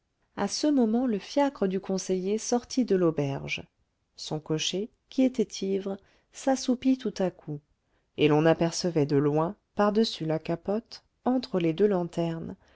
à ce moment le fiacre du conseiller sortit de l'auberge son cocher qui était ivre s'assoupit tout à coup et l'on apercevait de loin par-dessus la capote entre les deux lanternes